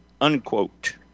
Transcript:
unquote